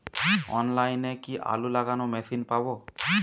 অনলাইনে কি আলু লাগানো মেশিন পাব?